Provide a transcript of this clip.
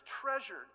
treasured